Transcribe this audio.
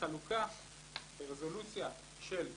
הלכתי על מדד טיפוח בית-ספרי וברזולוציה של פיקוח,